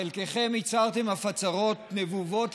חלקכם אף הצהרתם הצהרות נבובות,